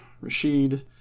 Rashid